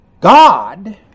God